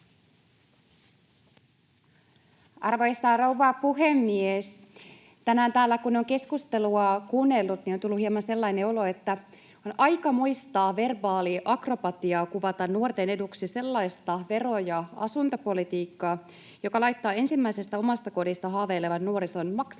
Arvoisa rouva puhemies! Tänään täällä, kun on keskustelua kuunnellut, on tullut hieman sellainen olo, että on aikamoista verbaaliakrobatiaa kuvata nuorten eduksi sellaista vero- ja asuntopolitiikkaa, joka laittaa ensimmäisestä omasta kodista haaveilevan nuorison maksamaan